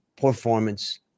performance